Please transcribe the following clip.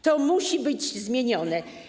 To musi być zmienione.